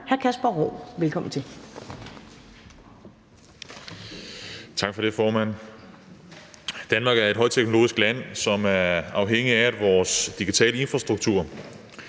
Kasper Roug (S): Tak for det, formand. Danmark er et højteknologisk land, og vi er afhængige af vores digitale infrastruktur,